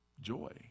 joy